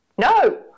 No